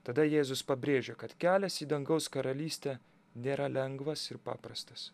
tada jėzus pabrėžia kad kelias į dangaus karalystę nėra lengvas ir paprastas